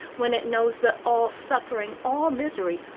when it knows that all suffering, all misery,